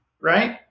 right